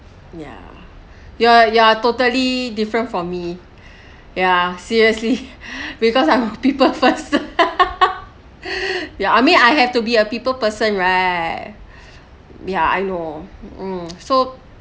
yeah you are you are totally different for me ya seriously because I'm a people person ya I mean I have to be a people person right ya I know um so